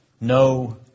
no